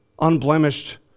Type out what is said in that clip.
unblemished